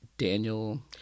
Daniel